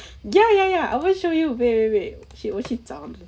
ya ya ya I will show you wait wait wait shit 我去找你